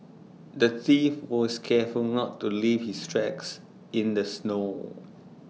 the thief was careful not to leave his tracks in the snow